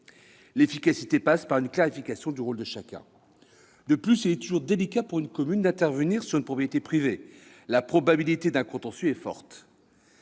L'efficacité passe par une clarification du rôle de chacun. De plus, il est toujours délicat pour une commune d'intervenir sur une propriété privée. La probabilité d'un contentieux est forte.